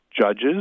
judges